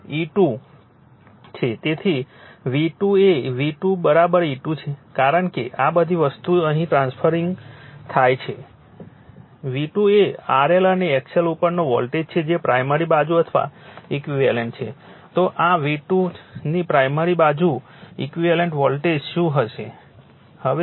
તેથી V2 એ V2 E2 છે કારણ કે આ બધી વસ્તુ અહીં ટ્રાન્સફરરિંગ થાય છે V2 એ RLઅને XL ઉપરનો વોલ્ટેજ છે જે પ્રાઇમરી બાજુ અથવા ઈક્વિવેલન્ટ છે તો આ V2 ની પ્રાઇમરી બાજુ ઈક્વિવેલન્ટ વોલ્ટેજ શું હશે